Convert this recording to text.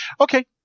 Okay